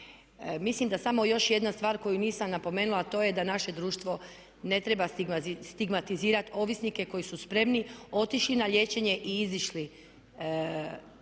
Mislim da samo još jedna stvar koju nisam napomenula, a to je da naše društvo ne treba stigmatizirati ovisnike koji su spremni otišli na liječenje i izašli